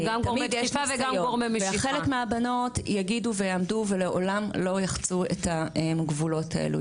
חלק מהבנות יגידו ויעמדו ולעולם לא יחצו את הגבולות האלו.